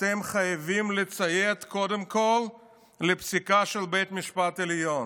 אתם חייבים לציית קודם כול לפסיקה של בית המשפט העליון,